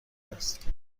است